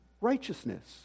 righteousness